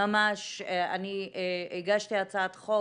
אני הגשתי הצעת חוק